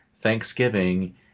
Thanksgiving